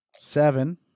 Seven